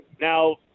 now